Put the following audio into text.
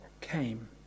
came